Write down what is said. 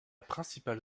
principale